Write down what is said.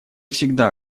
всегда